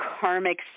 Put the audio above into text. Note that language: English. karmic